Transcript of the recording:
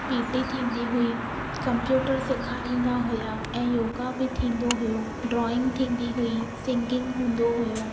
PT थींदी हुई computer सेखारींदा हुआ ऐं योगा बि थींदो हुओ ड्रॉइंग थींदी हुई सिगिंग हूंदो हुओ